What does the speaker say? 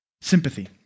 sympathy